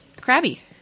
crabby